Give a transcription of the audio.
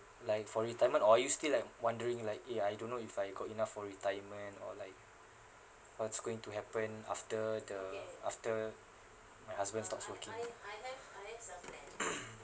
like for retirement or you still like wondering like eh I don't know if I got it enough for retirement or like what's going to happen after the after my husband stops working